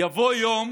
יבוא יום